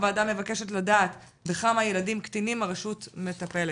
הוועדה מבקשת לדעת בכמה ילדים קטינים הרשות מטפלת.